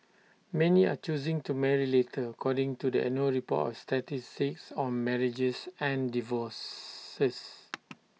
many are choosing to marry later according to the annual report on statistics on marriages and divorces